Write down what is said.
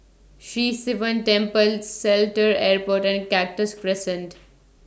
Sri Sivan Temple Seletar Airport and Cactus Crescent